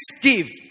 gift